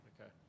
Okay